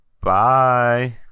bye